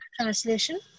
translation